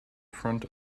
front